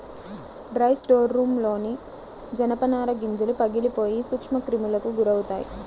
dry స్టోర్రూమ్లోని జనపనార గింజలు పగిలిపోయి సూక్ష్మక్రిములకు గురవుతాయి